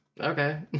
Okay